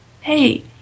hey